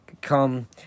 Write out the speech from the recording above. come